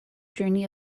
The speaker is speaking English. journey